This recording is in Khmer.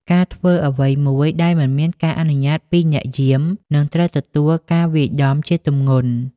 ការធ្វើអ្វីមួយដែលមិនមានការអនុញ្ញាតពីអ្នកយាម នឹងត្រូវទទួលការវាយដំជាទម្ងន់។